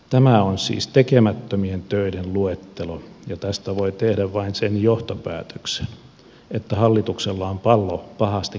tämä on siis tekemättömien töiden luettelo ja tästä voi tehdä vain sen johtopäätöksen että hallituksella on pallo pahasti kateissa